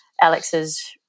Alex's